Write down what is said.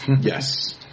Yes